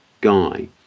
guy